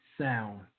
sound